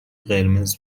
قرمز